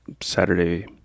Saturday